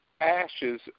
ashes